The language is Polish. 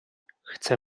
chcę